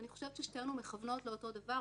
אני חושבת ששתינו מכוונות לאותו דבר,